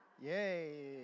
Yay